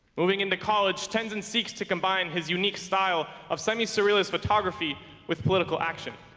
moving into college tenzin seeks to combine his unique style of semi surrealist photography with political action